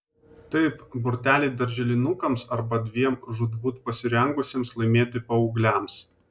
taip borteliai darželinukams arba dviem žūtbūt pasirengusiems laimėti paaugliams